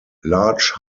large